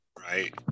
right